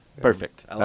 Perfect